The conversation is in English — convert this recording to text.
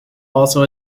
also